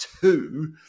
two